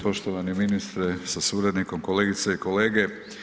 Poštovani ministre sa suradnikom, kolegice i kolege.